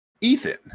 Ethan